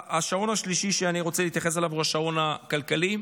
השעון השלישי שאני רוצה להתייחס אליו הוא השעון הכלכלי.